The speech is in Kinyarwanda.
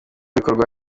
bikorwa